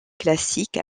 classique